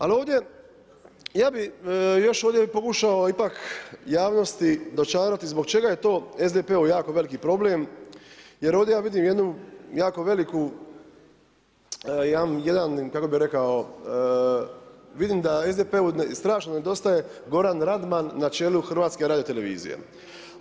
Ali, ovdje, ja bi još ovdje bi pokušao, ipak javnosti dočarati, zbog čega je to SDP-u jako veliki problem, jer ovdje ja vidim jednu jako veliku, jedan, kako bi rekao, vidim da SDP-u strašno nedostaje Goran Radman, na čelu HRT-a.